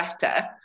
better